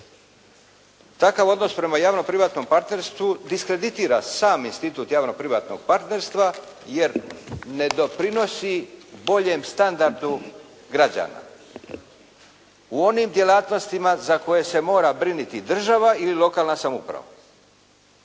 Takav odnos prema javno-privatnom partnerstvu diskreditira sam institut javno-privatnog partnerstva jer ne doprinosi boljem standardu građana u onim djelatnostima za koje se mora brinuti država ili lokalna samouprava.